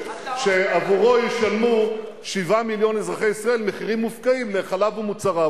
אבל אני מציע שתשמעו את הניתוח הכלכלי וכתוצאה מזה,